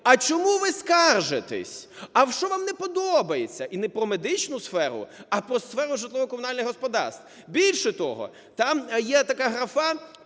"А чому ви скаржитесь? А що вам не подобається?" І не про медичну сферу, а про сферу житлово-комунальних господарств. Більше того, там є така графа: